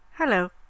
Hello